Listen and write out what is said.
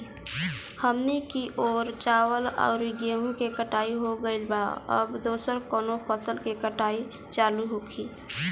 हमनी कियोर चाउर आ गेहूँ के कटाई हो गइल बा अब दोसर कउनो फसल के कटनी चालू होखि